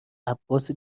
عباس